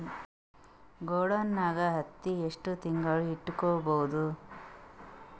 ಗೊಡಾನ ನಾಗ್ ಹತ್ತಿ ಎಷ್ಟು ತಿಂಗಳ ಇಟ್ಕೊ ಬಹುದು?